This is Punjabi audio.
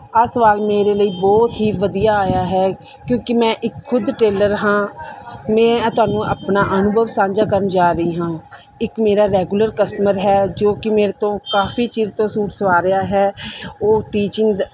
ਇਹ ਸਵਾਲ ਮੇਰੇ ਲਈ ਬਹੁਤ ਹੀ ਵਧੀਆ ਆਇਆ ਹੈ ਕਿਉਂਕਿ ਮੈਂ ਇੱਕ ਖੁਦ ਟੇਲਰ ਹਾਂ ਮੈਂ ਤੁਹਾਨੂੰ ਆਪਣਾ ਅਨੁਭਵ ਸਾਂਝਾ ਕਰਨ ਜਾ ਰਹੀ ਹਾਂ ਇੱਕ ਮੇਰਾ ਰੈਗੂਲਰ ਕਸਟਮਰ ਹੈ ਜੋ ਕਿ ਮੇਰੇ ਤੋਂ ਕਾਫੀ ਚਿਰ ਤੋਂ ਸੂਟ ਸਵਾ ਰਿਹਾ ਹੈ ਉਹ ਟੀਚਿੰਗ